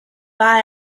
war